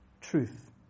truth